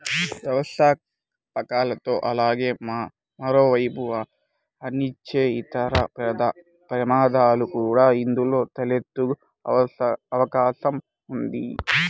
వ్యవస్థాపకతలో అలాగే మరోవైపు అనిశ్చితి, ఇతర ప్రమాదాలు కూడా ఇందులో తలెత్తే అవకాశం ఉంది